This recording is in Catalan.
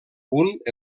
punt